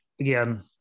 Again